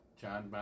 John